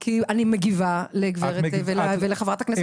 כי אני מגיבה לחברת הכנסת טלי.